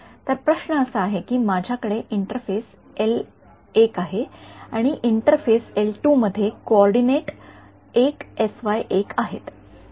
तर प्रश्न असा आहे की माझ्याकडे इंटरफेस आहे आणि इंटरफेस मध्ये कोऑर्डिनेट आहेत